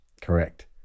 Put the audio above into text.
Correct